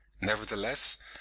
Nevertheless